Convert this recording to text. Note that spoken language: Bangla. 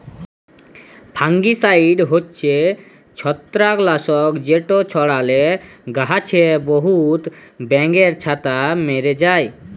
ফাঙ্গিসাইড হছে ছত্রাক লাসক যেট ছড়ালে গাহাছে বহুত ব্যাঙের ছাতা ম্যরে যায়